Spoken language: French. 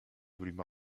volumes